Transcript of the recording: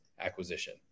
acquisition